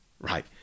right